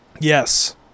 yes